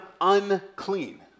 unclean